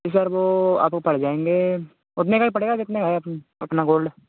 जी sir वह आपको पड़ जाएँगे उतने का ही पड़ेगा जितने का है अपना गोल्ड